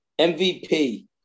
MVP